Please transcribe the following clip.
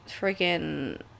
freaking